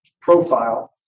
profile